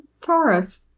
Taurus